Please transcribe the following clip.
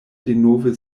denove